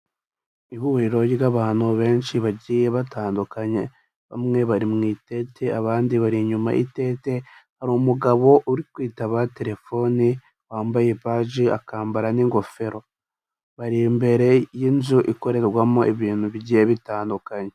Ihuriro ry'abantu benshi bagiye batandukanye, bamwe bari mu itente, abandi bari inyuma y'itente, hari umugabo uri kwitaba telefone wambaye baji akambara n'ingofero. Bari imbere y'inzu ikorerwamo ibintu bigiye bitandukanye.